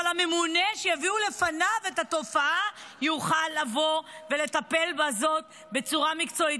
אבל ממונה שיביאו לפניו את התופעה יוכל לטפל בזה בצורה מקצועית.